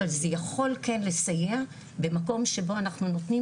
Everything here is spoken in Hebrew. אבל זה יכול כן לסייע במקום שאנחנו נותנים